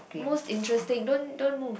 most interesting don't don't move